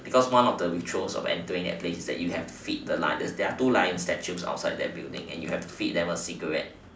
because one of the rituals of entering that place is that you have to feed the lioness there are two lions statue outside that building and you have to feed them a cigarette